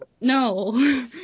no